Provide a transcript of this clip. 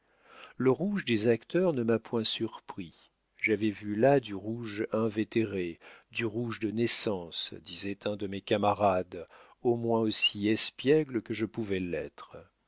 le rouge des acteurs ne m'a point surpris j'avais vu là du rouge invétéré du rouge de naissance disait un de mes camarades au moins aussi espiègle que je pouvais l'être